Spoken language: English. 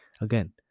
Again